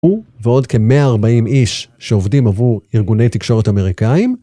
הוא, ועוד כ-140 איש שעובדים עבור ארגוני תקשורת אמריקאים.